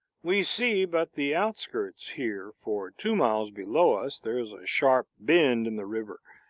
we see but the outskirts here, for two miles below us there is a sharp bend in the river,